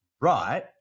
right